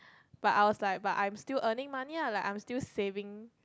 but I was like but I'm still earning money lah like I'm still saving